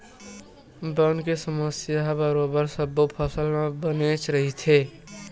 बन के समस्या ह बरोबर सब्बो फसल म बनेच रहिथे